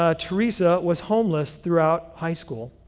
ah theresa was homeless throughout high school.